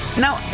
Now